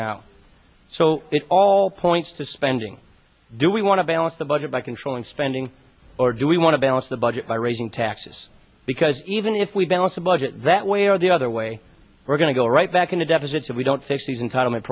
now so it all points to spending do we want to balance the budget by controlling spending or do we want to balance the budget by raising taxes because even if we balance the budget that way or the other way we're going to go right back into deficits if we don't fix these entitlement